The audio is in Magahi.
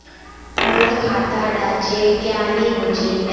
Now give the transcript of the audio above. मोर खाता डा चेक क्यानी होचए?